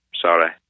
sorry